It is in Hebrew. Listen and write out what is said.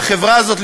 והחברה הזאת,